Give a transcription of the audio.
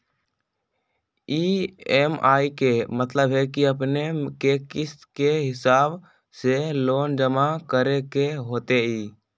EMI के मतलब है कि अपने के किस्त के हिसाब से लोन जमा करे के होतेई?